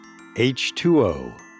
H2O